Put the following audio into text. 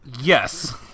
Yes